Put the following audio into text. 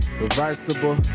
reversible